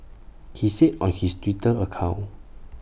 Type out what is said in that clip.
he said on his Twitter account